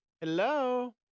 Hello